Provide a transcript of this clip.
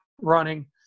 running